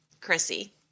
Chrissy